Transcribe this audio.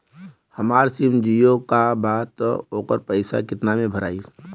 हमार सिम जीओ का बा त ओकर पैसा कितना मे भराई?